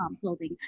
clothing